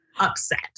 Upset